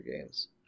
games